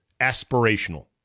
aspirational